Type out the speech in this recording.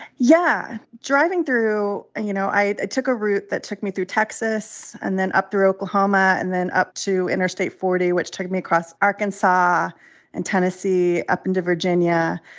yeah. driving through you know, i took a route that took me through texas and then up through oklahoma and then up to interstate forty, which took me across arkansas and tennessee up into virginia.